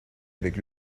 avec